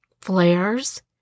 flares